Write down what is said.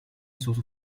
source